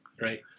right